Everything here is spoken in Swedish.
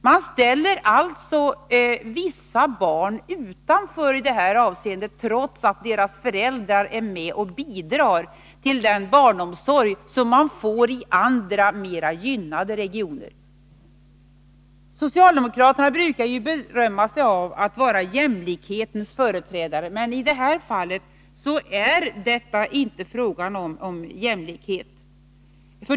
Man ställer alltså vissa barn utanför i det här avseendet, trots att deras föräldrar är med och bidrar till den barnomsorg som man får i andra, mera gynnande regioner! Socialdemokraterna brukar ju berömma sig av att vara jämlikhetens företrädare. Men i det här fallet förespråkar man inte någon jämlikhet.